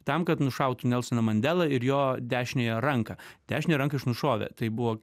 tam kad nušautų nelsoną mandelą ir jo dešiniąją ranką dešiniąją ranką jis nušovė tai buvo